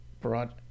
brought